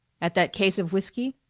at that case of whiskey?